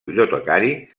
bibliotecari